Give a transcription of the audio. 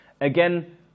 Again